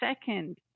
Second